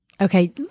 Okay